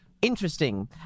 Interesting